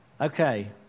Okay